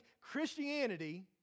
Christianity